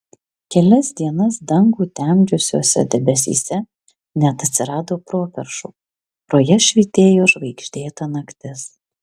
kelias dienas dangų temdžiusiuose debesyse net atsirado properšų pro jas švytėjo žvaigždėta naktis